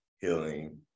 healing